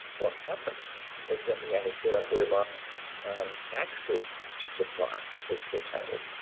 what happened was that we had a set up whereby um access to supply was curtailed.